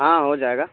ہاں ہو جائے گا